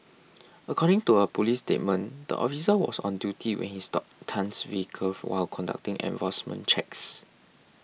according to a police statement the officer was on duty when he stopped Tan's vehicle while conducting enforcement checks